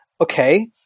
okay